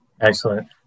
Excellent